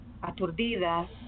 aturdidas